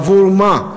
בעבור מה?